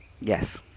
Yes